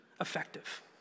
effective